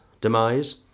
demise